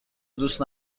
دوست